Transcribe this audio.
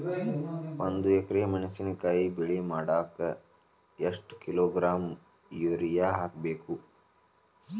ಒಂದ್ ಎಕರೆ ಮೆಣಸಿನಕಾಯಿ ಬೆಳಿ ಮಾಡಾಕ ಎಷ್ಟ ಕಿಲೋಗ್ರಾಂ ಯೂರಿಯಾ ಹಾಕ್ಬೇಕು?